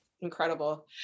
Incredible